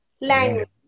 language